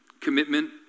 commitment